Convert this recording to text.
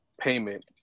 payment